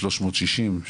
360,